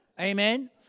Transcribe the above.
Amen